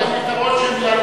אולי הפתרון הוא שהם